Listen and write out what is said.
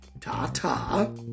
Ta-ta